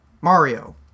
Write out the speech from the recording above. Mario